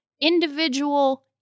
individual